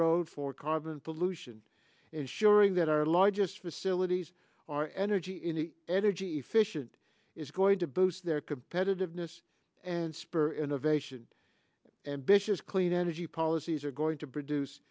road for carbon pollution ensuring that our largest facilities are energy in the energy efficient is going to boost their competitiveness and spur innovation and bishes clean energy policies are going to produce